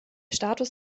status